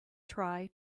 try